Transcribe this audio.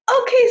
Okay